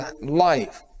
life